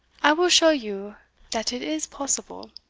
i will show you dat it is possible,